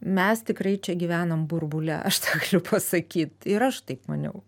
mes tikrai čia gyvenam burbule aš tą galiu pasakyt ir aš taip maniau